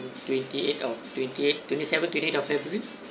twenty eight or twenty eight twenty seven twenty eight of february